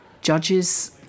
judges